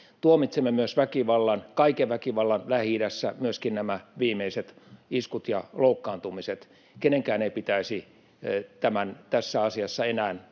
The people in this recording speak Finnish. Tuomitsemme myös väkivallan, kaiken väkivallan Lähi-idässä, myöskin nämä viimeiset iskut ja loukkaantumiset. Kenenkään ei pitäisi tässä asiassa enää